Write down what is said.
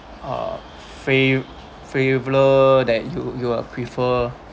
uh fla~ flavor that you you prefer